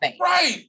Right